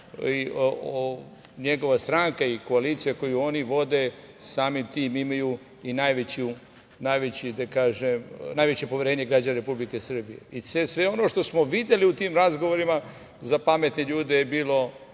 njegova stranka i koalicija koju oni vode, samim tim imaju i najveće poverenje građana Republike Srbije. Sve ono što smo videli u tim razgovorima za pametne ljude je bilo